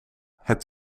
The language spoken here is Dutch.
het